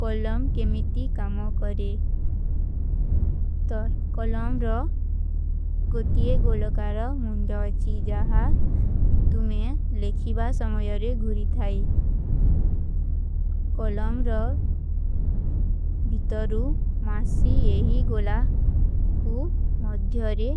କଲମ କେମିଟୀ କାମୋ କରେ। ତର କଲମ ରହ ଗୋତିଯେ ଗୋଲକାରଵ ମୁଝଵଚୀ ଜହା ତୁମେଂ ଲେଖିବା ସମଯରେ ଗୁରି ଥାଈ। କଲମ ରହ ବିତରୂ ମାସୀ ଯହୀ ଗୋଲା କୁ ମଧ୍ଯରେ